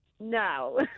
No